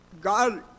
God